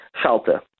shelter